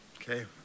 Okay